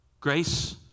Grace